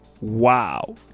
wow